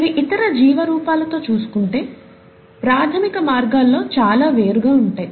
ఇవి ఇతర జీవ రూపాలతో చూసుకుంటే ప్రాథమిక మార్గాల్లో చాలా వేరుగా ఉంటాయి